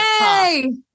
Yay